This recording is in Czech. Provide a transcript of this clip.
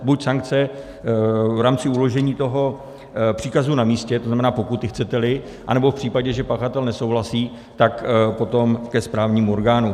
Buď sankce v rámci uložení toho příkazu na místě, to znamená, pokuty, chceteli, anebo v případě, že pachatel nesouhlasí, tak potom ke správnímu orgánu.